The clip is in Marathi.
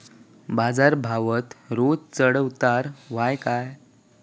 बाजार भावात रोज चढउतार व्हता काय?